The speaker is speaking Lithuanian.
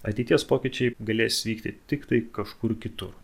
ateities pokyčiai galės vykti tiktai kažkur kitur